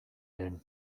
lehen